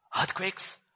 earthquakes